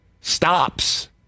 stops